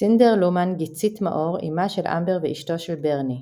קינדר לומן / גיצית מאור – אמה של אמבר ואשתו של ברני.